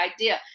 idea